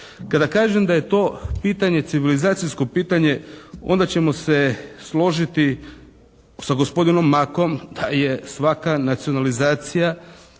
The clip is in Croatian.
Kada kažem da je to pitanje civilizacijsko pitanje onda ćemo se složiti sa gospodinom Makom da je svaka nacionalizacija